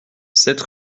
sept